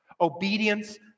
Obedience